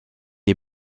est